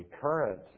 current